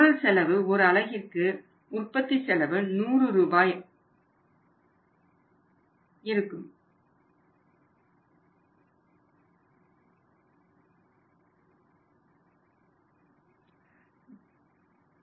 பொருள் செலவு ஒரு அலகிற்கு உற்பத்தி செலவு 100 ரூபாய் ஆகும்